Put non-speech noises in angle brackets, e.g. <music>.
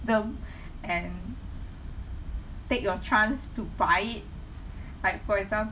them <breath> and take your chance to buy it like for example